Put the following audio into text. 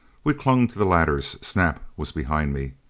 we clung to the ladders. snap was behind me.